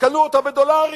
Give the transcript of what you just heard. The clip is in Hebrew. "קנו אותה בדולרים".